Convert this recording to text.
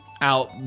out